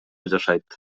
жашайт